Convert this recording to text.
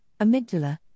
amygdala